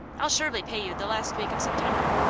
i'll surely pay you the last week of september.